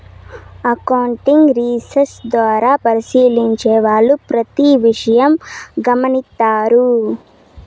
accounting research ద్వారా పరిశీలించే వాళ్ళు ప్రతి విషయం గమనిత్తారు